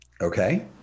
okay